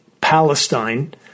Palestine